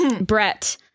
Brett